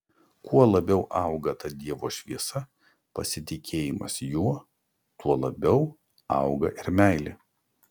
kuo labiau auga ta dievo šviesa pasitikėjimas juo tuo labiau auga ir meilė